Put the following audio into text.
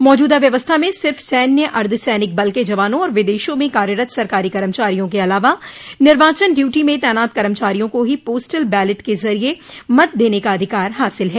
मौजूदा व्यवस्था में सिर्फ सैन्य अर्द्वसैनिक बल के जवानों और विदेशों में कार्यरत सरकारी कर्मचारियों के अलावा निर्वाचन ड्यूटी में तैनात कर्मचारियों को ही पोस्टल बैलेट के जरिये मतदेने का अधिकार हासिल है